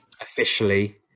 officially